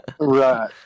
Right